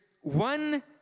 one